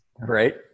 right